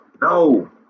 No